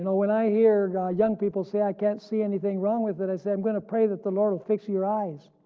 and when i hear young people say i can't see anything wrong with it i say, i'm going to pray that the lord will fix your eyes,